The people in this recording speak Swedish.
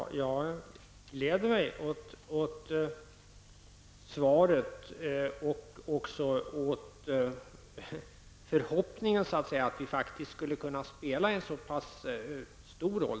Herr talman! Jag gläder mig åt svaret och även åt förhoppningen att vi faktiskt skulle kunna spela en så pass stor roll.